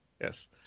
yes